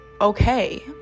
okay